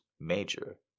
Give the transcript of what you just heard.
major